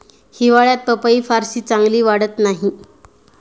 हिवाळ्यात पपई फारशी चांगली वाढत नाही